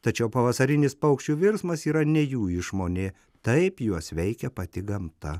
tačiau pavasarinis paukščių virsmas yra ne jų išmonė taip juos veikia pati gamta